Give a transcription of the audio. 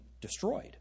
destroyed